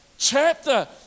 Chapter